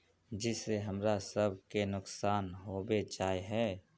जिस से हमरा सब के नुकसान होबे जाय है?